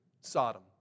Sodom